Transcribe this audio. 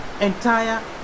entire